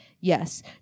yes